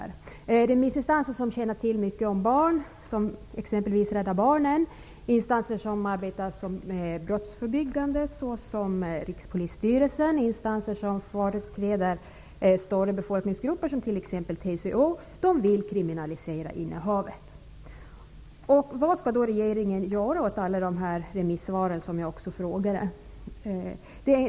Remissinstanser som känner till mycket om barn, exempelvis Rädda barnen vill kriminalisera innehavet. Det vill också instanser som arbetar med brottsförebyggande åtgärder, exempelvis Rikspolisstyrelsen, och instanser som företräder stora befolkningsgrupper, exempelvis TCO. Vad skall då regeringen göra åt alla dessa remissvar?